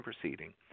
proceeding